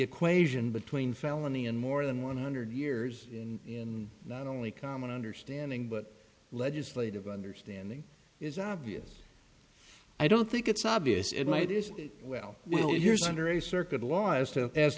equation between felony and more than one hundred years in not only common understanding but legislative understanding is obvious i don't think it's obvious it might is well well here's under a circuit